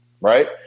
Right